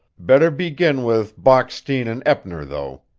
better begin with bockstein and eppner, though.